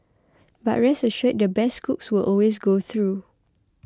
but rest assured the best cooks will always go through